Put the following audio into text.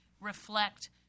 reflect